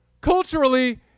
culturally